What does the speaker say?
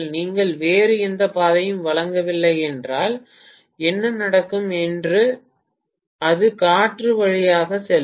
நீங்கள் வேறு எந்த பாதையையும் வழங்கவில்லை என்றால் என்ன நடக்கும் என்பது அது காற்று வழியாக செல்லும்